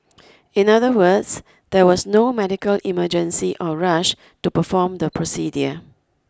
in other words there was no medical emergency or rush to perform the procedure